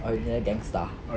original gangster